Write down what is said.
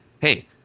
hey